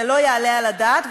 זה לא יעלה על הדעת,